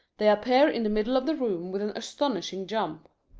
they appear in the middle of the room with an astonishing jump.